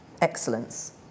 excellence